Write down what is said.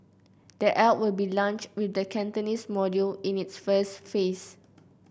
the app will be launched with the Cantonese module in its first phase